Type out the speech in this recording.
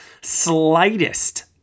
slightest